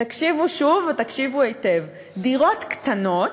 תקשיבו שוב, ותקשיבו היטב, דירות קטנות